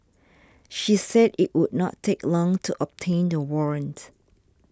she said it would not take long to obtain the warrant